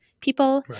people